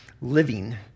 living